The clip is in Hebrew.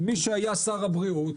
מי שהיה שר הבריאות